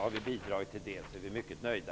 Har vi bidragit till en sådan är vi mycket nöjda.